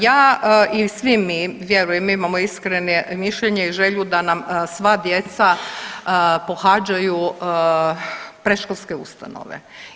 Ja i svi mi, vjerujem mi imamo iskreno mišljenje i želju da nam sva djeca pohađaju predškolske ustanove.